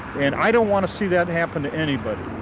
and i don't want to see that happen to anybody.